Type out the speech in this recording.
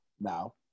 Now